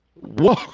Whoa